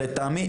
לטעמי,